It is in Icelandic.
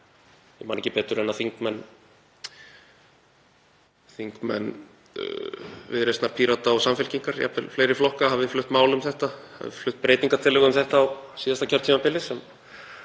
Ég man ekki betur en að þingmenn Viðreisnar, Pírata og Samfylkingar, jafnvel fleiri flokka, hafi flutt mál um þetta, flutt breytingartillögu um þetta, á síðasta kjörtímabili,